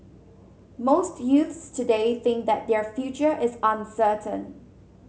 most youths today think that their future is uncertain